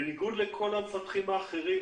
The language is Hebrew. בניגוד לכל המפתחים האחרים,